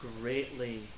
greatly